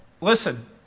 listen